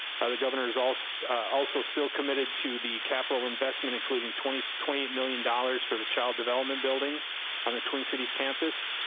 the governor is also also still committed to the capital investment including twenty eight million dollars for the child of element building on the twin cities campus.